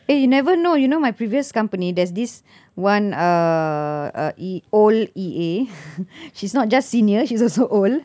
eh you never know you know my previous company there's this one err uh E old E_A she's not just senior she's also old